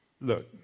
Look